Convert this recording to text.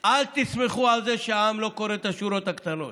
אל תסמכו על זה שהעם לא קורא את השורות הקטנות.